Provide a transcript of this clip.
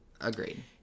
Agreed